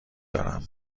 دارم